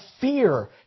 fear